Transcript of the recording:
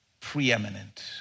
preeminent